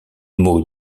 mot